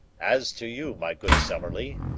as to you, my good summerlee,